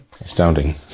Astounding